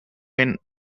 when